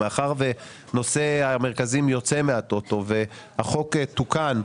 מאחר ונושא המרכזים יוצא מהטוטו והחוק תוקן,